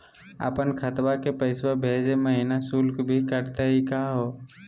अपन खतवा से पैसवा भेजै महिना शुल्क भी कटतही का हो?